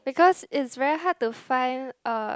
because it's very to find a